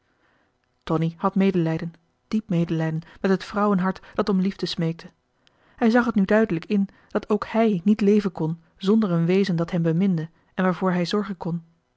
tonie had medelijden diep medelijden met het vrouwenhart dat om liefde smeekte hij zag t nu duidelijk in dat ook hij niet leven kon zonder een wezen dat hem beminde en waarvoor hij zorgen kon